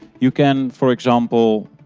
you can, for example,